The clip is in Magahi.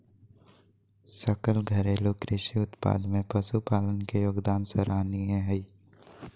सकल घरेलू कृषि उत्पाद में पशुपालन के योगदान सराहनीय हइ